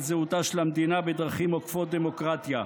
זהותה של המדינה בדרכים עוקפות דמוקרטיה.